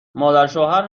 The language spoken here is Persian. مادرشوهر